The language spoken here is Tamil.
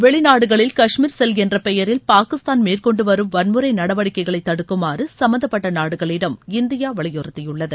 வெளிநாடுகளில் காஷ்மீர் செல் என்ற பெயரில் பாகிஸ்தான் மேற்கொண்டுவரும் வன்முறை நடவடிக்கைகளை தடுக்குமாறு சும்மந்தப்பட்ட நாடுகளிடம் இந்தியா வலியுறுத்தியுள்ளது